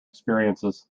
experiences